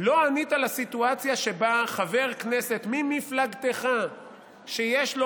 לא ענית על סיטואציה שבה חבר כנסת ממפלגתך שיש לו